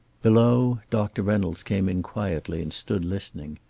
below, doctor reynolds came in quietly and stood listening.